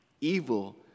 Evil